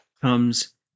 Comes